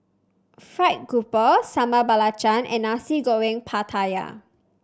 fried grouper Sambal Belacan and Nasi Goreng Pattaya